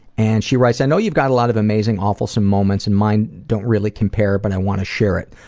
and she writes i know you've got a lot of amazing awfulsome moments and mine don't really compare but i want to share it.